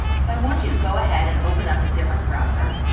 so i want you to go ahead and open up a different browser.